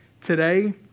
Today